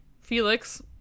Felix